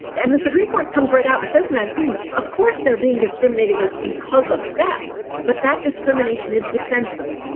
and the supreme court comes right out and says, and no opinion. of course, they're being discriminated against because of sex, but that discrimination is defensible.